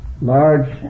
large